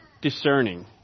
discerning